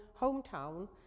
hometown